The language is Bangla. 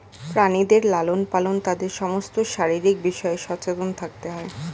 প্রাণীদের লালন পালনে তাদের সমস্ত শারীরিক বিষয়ে সচেতন থাকতে হয়